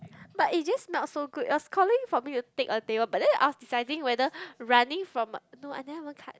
but it just not so good it was calling for me to take a table but then I was deciding whether running from no I never even cut